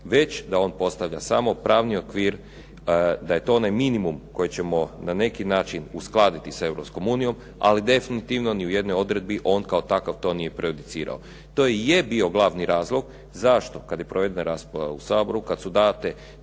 već da on postavlja samo pravni okvir, da je to onaj minimum koji ćemo na neki način uskladiti sa Europskom unijom, ali definitivno ni u jednoj odredbi on kao takav to nije prejudicirao. To je bio glavni razlog. Zašto? Kad je …/Govornik se ne razumije./… u Saboru, kad su date